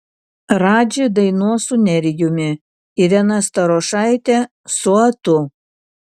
radži dainuos su nerijumi irena starošaitė su atu